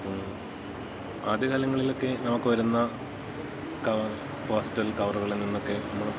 ആദ്യകാലങ്ങളിലെക്കെ നമുക്കു വരുന്ന പോസ്റ്റൽ കവറുകളില്നിന്നൊക്കെ നമ്മള്